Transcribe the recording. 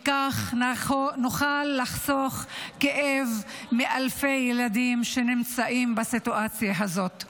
וכך נוכל לחסוך כאב מאלפי ילדים שנמצאים בסיטואציה הזאת.